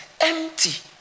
empty